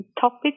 topic